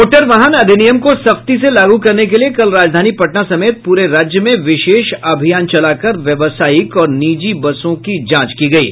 मोटरवाहन अधिनियम को सख्ती से लागू करने के लिये कल राजधानी पटना समेत पूरे राज्य में विशेष अभियान चलाकर व्यावसायिक और निजी बसों की जांच की गयी